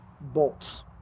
bolts